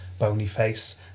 Bonyface